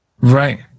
right